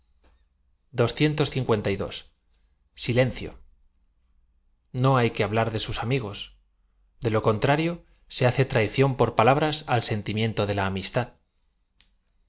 no hay que hablar de sus amigos de lo contrario se hace traición por palabras a l sentimiento de la amistad